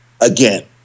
again